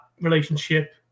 relationship